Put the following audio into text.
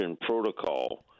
protocol